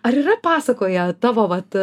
ar yra pasakoję tavo vat